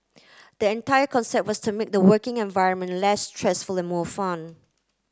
the entire concept was to make the working environment less stressful and more fun